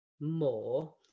more